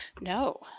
no